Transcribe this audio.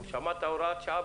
שמע "הוראת שעה"